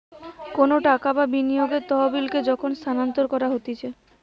কোনো টাকা বা বিনিয়োগের তহবিলকে যখন স্থানান্তর করা হতিছে